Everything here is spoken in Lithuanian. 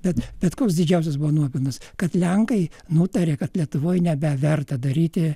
bet bet koks didžiausias buvo nuopelnas kad lenkai nutarė kad lietuvoj nebeverta daryti